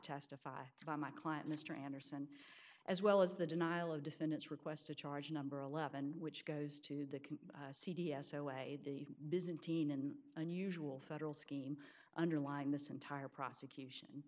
testify about my client mr anderson as well as the denial of defendants request to charge number eleven which goes to the can c d s a way the byzantine and unusual federal scheme underlying this entire prosecution